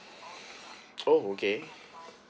oh okay